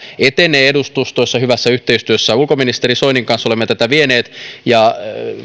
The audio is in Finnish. etenee edustustoissa hyvässä yhteistyössä ulkoministeri soinin kanssa olemme tätä vieneet ja